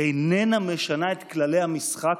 איננה משנה את כללי המשחק,